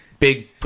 Big